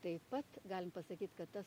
taip pat galim pasakyt kad tas